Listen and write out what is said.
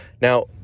Now